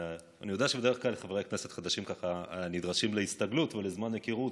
אני יודע שבדרך כלל חברי כנסת חדשים נדרשים להסתגלות ולזמן היכרות,